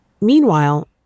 Meanwhile